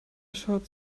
short